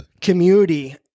community